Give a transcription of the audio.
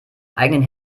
eigenen